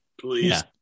please